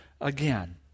again